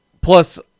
Plus